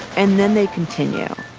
and then they continue.